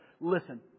listen